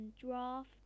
draft